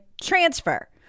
transfer